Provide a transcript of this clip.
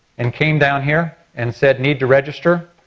and came down here and said need to register?